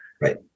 Right